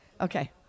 okay